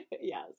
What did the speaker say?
Yes